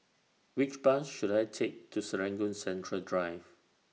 Which Bus should I Take to Serangoon Central Drive